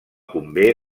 convé